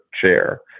chair